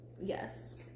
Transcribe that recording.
Yes